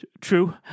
True